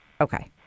okay